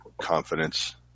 confidence